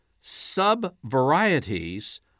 sub-varieties